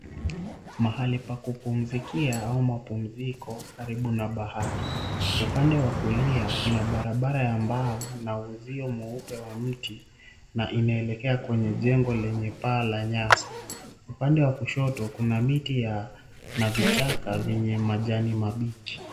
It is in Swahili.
Mahali pa kupumzikia au mapumziko karibu na bahari upande wa kulia kuna barabara ya mbao na uzio mweupe wa mti imeelekea kwa jengo lenye paa la nyasi, upande wa kushoto kuna miti ya na vichaka vyenye majani mabichi.